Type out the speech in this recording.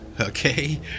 okay